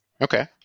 Okay